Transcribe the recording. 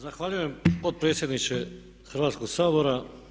Zahvaljujem potpredsjedniče Hrvatskoga sabora.